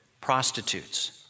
prostitutes